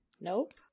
nope